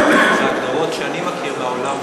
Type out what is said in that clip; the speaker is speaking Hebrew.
אלה הגדרות שאני מכיר בעולם,